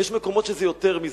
אבל יש מקומות שזה יותר מזה.